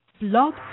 Blog